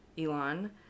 Elon